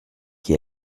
qui